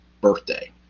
birthday